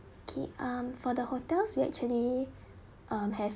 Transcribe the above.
okay um for the hotels we actually um have